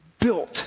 built